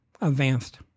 advanced